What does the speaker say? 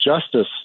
justice